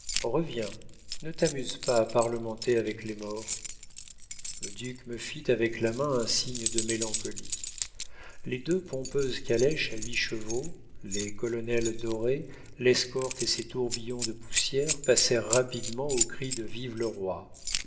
reviens ne t'amuse pas à parlementer avec les morts le duc me fit avec la main un signe de mélancolie les deux pompeuses calèches à huit chevaux les colonels dorés l'escorte et ses tourbillons de poussière passèrent rapidement aux cris de vive le roi